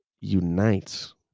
unites